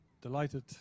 Delighted